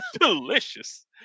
Delicious